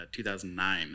2009